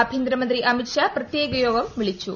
ആഭ്യന്തരമന്ത്രി അമിത് ഷാ പ്രത്യേക യോഗം വിളിച്ചു